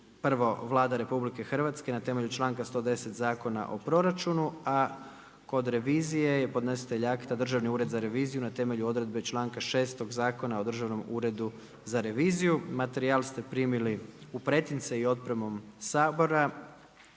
prvo Vlada Republike Hrvatske na temelju članka 110. Zakona o proračunu, a kod revizije je podnositelj akta Državni ured za reviziju na temelju odredbe članka 6. Zakona o Državnom uredu za reviziju. Materijal ste primili u pretince i otpremom Sabora.